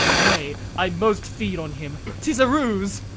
nay, i moste feed on him! tis a ruse!